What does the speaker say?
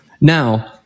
Now